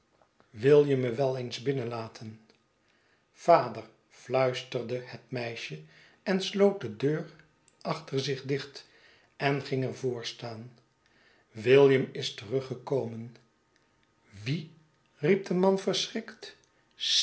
wil je me wel eens binnenlaten vader fluisterde het meisje en sloot de deur achter zich dicht en ging er voor staan william is teruggekomen wie riep de man verschrikt